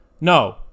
No